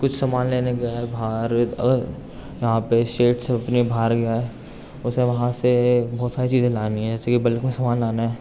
کچھ سامان لینے گیا ہے باہر یہاں پہ اپنی باہر گیا ہے اسے وہاں سے بہت ساری چیزیں لانی ہے جیسے کہ بلک میں سامان لانا ہے